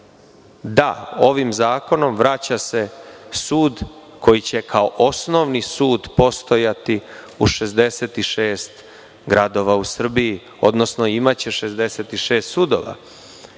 Da, ovim zakonom vraća se sud koji će kao osnovni sud postojati u 66 gradova u Srbiji, odnosno imaće 66 sudova.